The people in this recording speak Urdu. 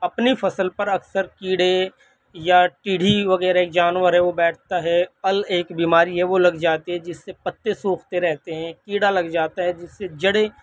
اپنی فصل پر اکثر کیڑے یا ٹیڑھی وغیرہ ایک جانور ہے وہ بیٹھتا ہے ال ایک بیماری ہے وہ لگ جاتی ہے جس سے پتے سوکھتے رہتے ہیں کیڑا لگ جاتا ہے جس سے جڑیں